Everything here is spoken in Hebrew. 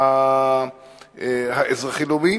האזרחי-לאומי,